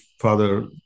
father